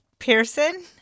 Pearson